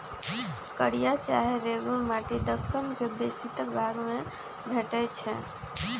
कारिया चाहे रेगुर माटि दक्कन के बेशीतर भाग में भेटै छै